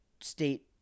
state